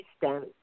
system